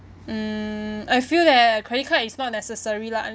mm I feel that credit card is not necessary lah